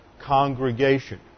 congregation